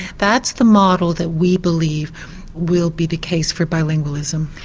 that's the model that we believe will be the case for bilingualism.